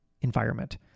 environment